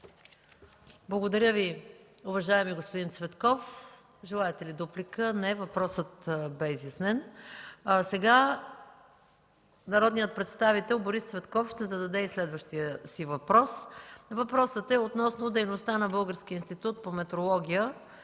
Благодаря Ви, уважаеми господин Цветков. Желаете ли дуплика? Не, въпросът бе изяснен. Народният представител Борис Цветков ще зададе и следващия си въпрос относно дейността на Българския институт по метрология,